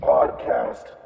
Podcast